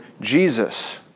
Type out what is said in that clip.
Jesus